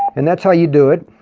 and that's how you do it,